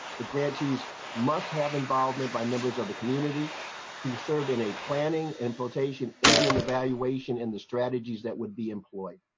grantees must have involvement by members of the community who serve in a planning importation and an evaluation in the strategies that would be employed.